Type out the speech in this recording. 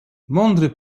mądry